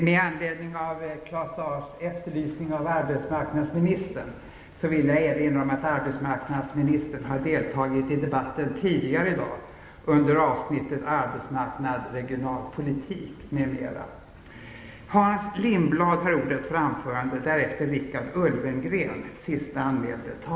Med anledning av Claus Zaars efterlysning av arbetsmarknadsministern, vill jag erinra om att arbetsmarknadsministern har deltagit i debatten tidigare i dag under avsnittet Arbetsmarknad, regionalpolitik m.m.